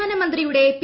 പ്രധാനമന്ത്രിയുടെ പി